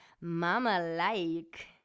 mama-like